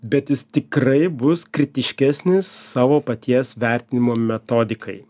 bet jis tikrai bus kritiškesnis savo paties vertinimo metodikai